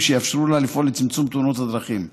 שיאפשרו לה לפעול לצמצום תאונות הדרכים.